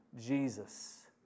Jesus